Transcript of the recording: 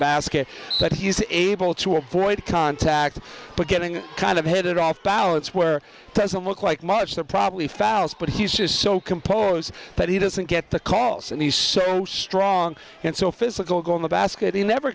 basket that he's able to avoid contact but getting kind of hit it off balance where doesn't look like much there probably fouls but he's just so composed that he doesn't get the calls and he's so strong and so physical go in the basket he never